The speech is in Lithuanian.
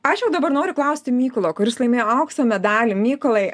aš jau dabar noriu klausti mykolo kuris laimėjo aukso medalį mykolai